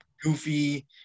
goofy